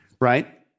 right